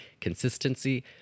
consistency